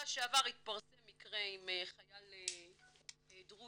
שעבר התפרסם מקרה עם חייל דרוזי